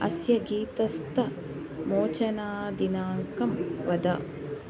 अस्य गीतस्त मोचना दिनाङ्कं वद